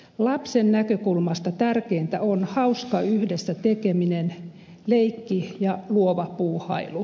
lapsen näkökulmasta tärkeintä on hauska yhdessä tekeminen leikki ja luova puuhailu